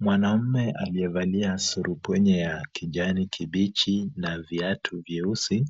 Mwanamme aliyevalia surupwenye ya kijani kibichi na viatu vyeusi,